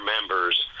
members